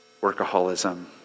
workaholism